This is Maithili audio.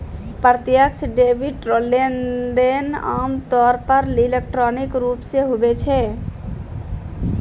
प्रत्यक्ष डेबिट रो लेनदेन आमतौर पर इलेक्ट्रॉनिक रूप से हुवै छै